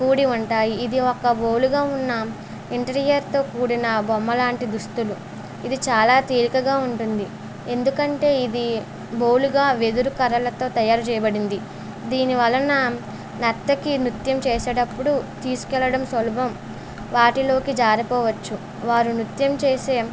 కూడి ఉంటాయి ఇది ఒక బోలుగా ఉన్న ఎంట్రీయర్తో కూడిన బొమ్మలాంటి దుస్తులు ఇది చాలా తేలికగా ఉంటుంది ఎందుకంటే ఇది బోలుగా వెదురు కర్రలతో తయారు చేయబడింది దీని వలన నర్తకి నృత్యం చేసేటప్పుడు తీసుకు వెళ్ళడం సులభం వాటిలోకి జారిపోవచ్చు వారు నృత్యం చేసే